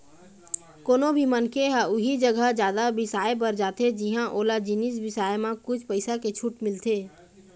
कोनो भी मनखे ह उही जघा जादा बिसाए बर जाथे जिंहा ओला जिनिस बिसाए म कुछ पइसा के छूट मिलथे